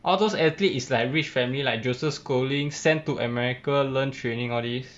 all those athlete is like rich family like joseph schooling sent to america learn training all these